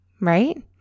right